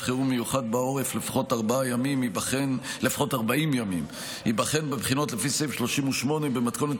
חירום מיוחד בעורף לפחות 40 ימים ייבחן בבחינות לפי סעיף 38 במתכונת